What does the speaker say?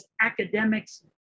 academics